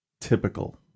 typical